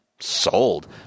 Sold